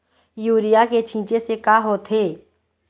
Urea के छींचे से का होथे?